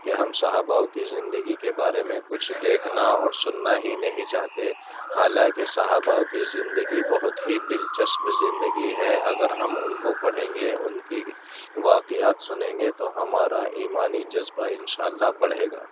كہ ہم صحاباؤں كی زندگی كے بارے میں کچھ دیکھنا اور سننا ہی نہیں چاہتے حالانكہ صحاباؤں كی زندگی بہت ہی دلچسپ زندگی ہے اگر ہم ان کو پڑھیں گے ان کی واقعات سنیں گے تو ہمارا ایمانی جذبہ ان شاء اللّہ بڑھے گا